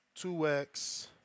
2X